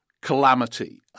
calamity